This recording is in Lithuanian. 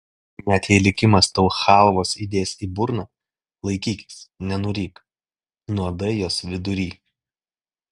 net jei likimas tau chalvos įdės į burną laikykis nenuryk nuodai jos vidury